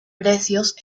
precios